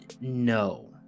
no